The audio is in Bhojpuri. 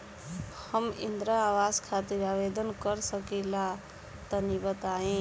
हम इंद्रा आवास खातिर आवेदन कर सकिला तनि बताई?